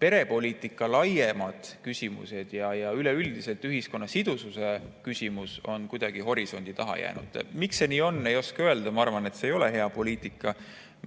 perepoliitikaküsimused ja üleüldiselt ühiskonna sidususe küsimus on kuidagi horisondi taha jäänud. Miks see nii on, ei oska öelda. Ma arvan, et see ei ole hea poliitika.